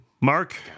mark